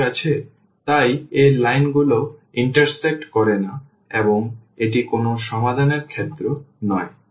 ঠিক আছে তাই এই লাইনগুলো ইন্টারসেক্ট করে না এবং এটি কোনও সমাধানের ক্ষেত্র নয়